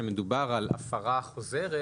כאשר מדובר על הפרה חוזרת,